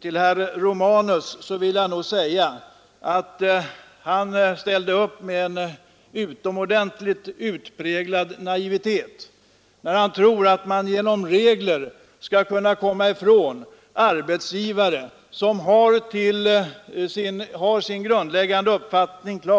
Till herr Romanus vill jag nog säga att han ställer upp med en utomordentligt utpräglad naivitet när han tror att man genom regler kan slippa ifrån arbetsgivare som har den grundläggande uppfattningen